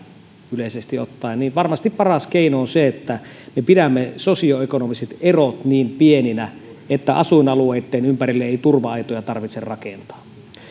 yleisesti ottaen niin varmasti paras keino on se että me pidämme sosioekonomiset erot niin pieninä että asuin alueitten ympärille ei turva aitoja tarvitse rakentaa